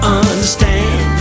understand